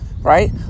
Right